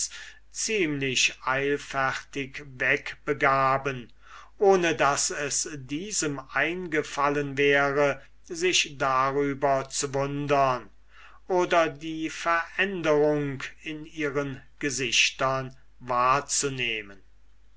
ziemlich eilfertig wegbegaben ohne daß es diesem eingefallen wäre sich darüber zu verwundern oder die veränderung in ihren gesichtern wahrzunehmen